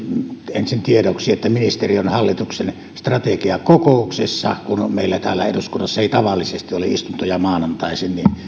ensin tiedoksi että ministeri on hallituksen strategiakokouksessa kun meillä täällä eduskunnassa ei tavallisesti ole istuntoja maanantaisin niin on